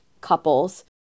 couples